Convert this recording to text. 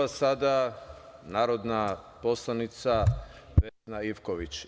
Reč ima narodna poslanica Vesna Ivković.